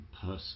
person